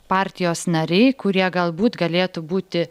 partijos nariai kurie galbūt galėtų būti